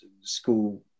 school